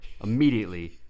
immediately